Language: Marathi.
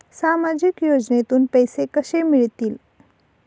सामाजिक योजनेतून पैसे कसे मिळतील?